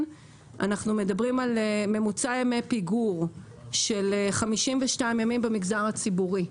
אנחנו מדברים על ממוצע ימי פיגור של 52 ימים במגזר הציבורי.